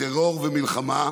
מטרור ומלחמה,